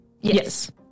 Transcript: Yes